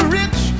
rich